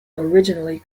originally